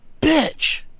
bitch